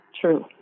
true